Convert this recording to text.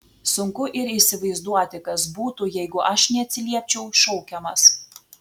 sunku ir įsivaizduoti kas būtų jeigu aš neatsiliepčiau šaukiamas